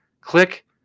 Click